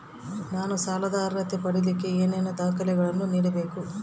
ನಾನು ಸಾಲದ ಅರ್ಹತೆ ಪಡಿಲಿಕ್ಕೆ ಏನೇನು ದಾಖಲೆಗಳನ್ನ ನೇಡಬೇಕು?